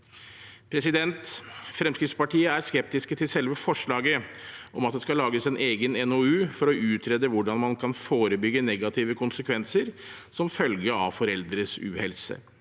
Fremskrittspartiet er skeptisk til selve forslaget om at det skal lages en egen melding til Stortinget for å utrede hvordan man kan forebygge negative konsekvenser som følge av foreldres uhelse.